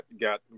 got